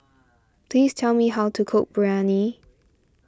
please tell me how to cook Biryani